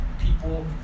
people